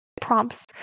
prompts